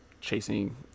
chasing